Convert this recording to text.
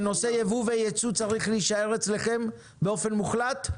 שהנושא צריך להישאר אצלכם באופן מוחלט?